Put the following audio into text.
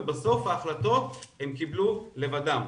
ובסוף ההחלטות הם קיבלו לבדם.